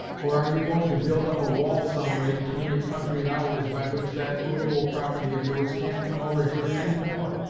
or are you going to build up a wall some way between your country and ours, by which that movable property of yours can't come over here any more,